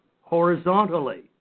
Horizontally